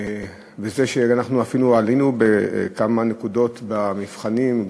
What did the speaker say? וזה שאנחנו אפילו עלינו בכמה נקודות במבחנים,